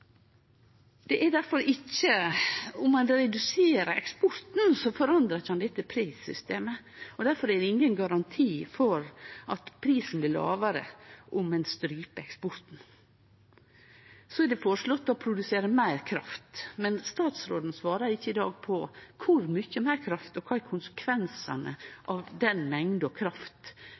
Om ein redusere eksporten, forandrar ein ikkje dette prissystemet. Difor er det ingen garanti for at prisen blir lågare om ein stryper eksporten. Så er det foreslått å produsere meir kraft, men statsråden svarar i dag ikkje på kor mykje meir kraft, og kva som er konsekvensane av den mengda kraft